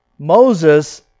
Moses